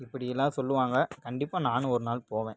இப்படிலாம் சொல்லுவாங்க கண்டிப்பாக நானும் ஒரு நாள் போவேன்